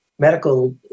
medical